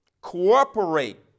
Cooperate